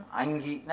angi